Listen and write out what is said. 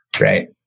Right